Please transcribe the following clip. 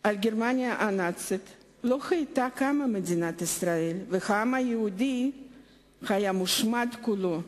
על גרמניה הנאצית לא היתה קמה מדינת ישראל והעם היהודי היה מושמד כולו.